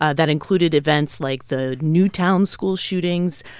ah that included events like the newtown school shootings,